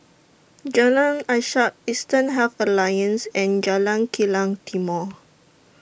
Jalan Ishak Eastern Health Alliance and Jalan Kilang Timor